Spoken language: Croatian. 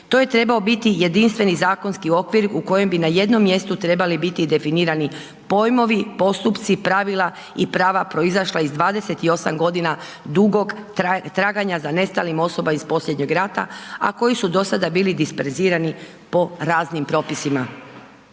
To je trebao biti jedinstveni zakonski okvir u kojem bi na jednom mjestu trebali biti definirani pojmovi, postupci, pravila i prava proizašla iz 28 godina dugog traganja za nestalim osobama iz posljednjeg rata, a koji su do sada bili disperzirani po raznim propisima.